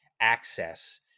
access